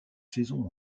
saisons